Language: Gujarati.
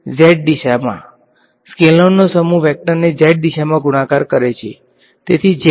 Z દિશામાં સ્કેલરનો સમૂહ વેક્ટરને z દિશામાં ગુણાકાર કરે છે તેથી z